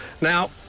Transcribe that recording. Now